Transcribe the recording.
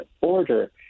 order